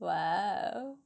!wow!